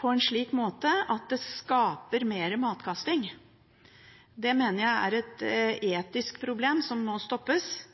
på en slik måte at det skaper mer matkasting. Det mener jeg er et etisk problem som må stoppes, både